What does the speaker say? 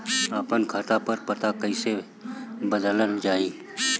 आपन खाता पर पता कईसे बदलल जाई?